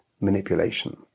manipulation